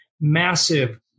massive